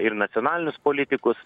ir nacionalinius politikus